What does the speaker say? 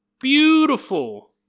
beautiful